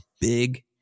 big